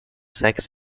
sex